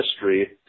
history